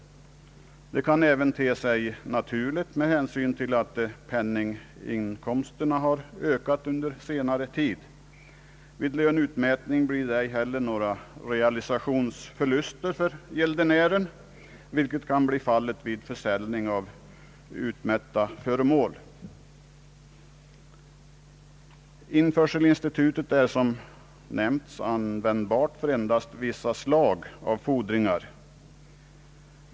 Detta kan även te sig naturligt med hänsyn till att penninginkomsterna har ökat under senare tid. Vid löneutmätning uppstår ej heller några realisationsförluster för gäldenären, vilket kan bli fallet vid försäljning av utmätta föremål. Införselinstitutet är som nämnts användbart för endast vissa slag av fordringar.